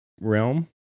realm